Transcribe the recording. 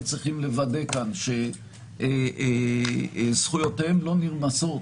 צריכים לוודא כאן שזכויותיהם לא נרמסות,